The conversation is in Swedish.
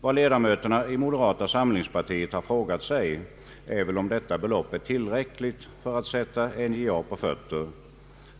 Vad ledamöterna i moderata samlingspartiet har frågat sig är väl om detta belopp är tillräckligt för att sätta NJA på fötter,